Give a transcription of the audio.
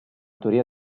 teoria